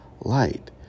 light